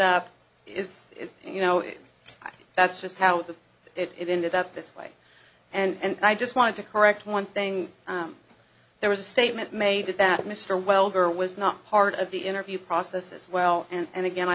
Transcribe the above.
up is is you know that's just how it ended up this way and i just wanted to correct one thing there was a statement made that mr wilder was not part of the interview process as well and again i